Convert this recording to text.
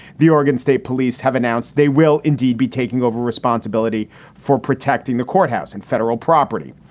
the oregon state police have announced they will indeed be taking over responsibility for protecting the courthouse and federal property.